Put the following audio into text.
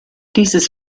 dieses